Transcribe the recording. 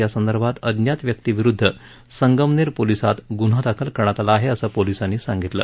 यासंदर्भात अज्ञात व्यक्ती विरुद्ध संगमनेर पोलिसात ग्न्हा दाखल झाला आहे असं पोलिसांनी सांगितलं